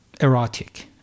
erotic